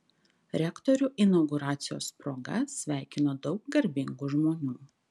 rektorių inauguracijos proga sveikino daug garbingų žmonių